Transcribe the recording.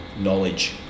knowledge